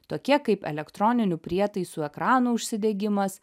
tokie kaip elektroninių prietaisų ekranų užsidegimas